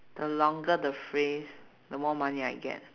the longer the phrase the more money I get